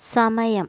സമയം